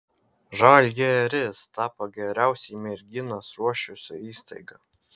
žalgiris tapo geriausiai merginas ruošusia įstaiga